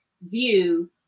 view